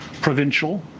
provincial